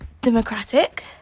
Democratic